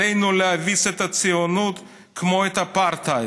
עלינו להביס את הציונות, כמו את האפרטהייד.